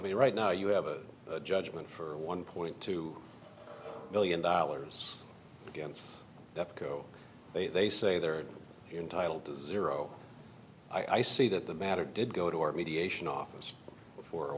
mean right now you have a judgment for one point two million dollars that go they say they're entitled to zero i see that the matter did go to our mediation office for a